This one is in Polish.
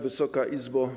Wysoka Izbo!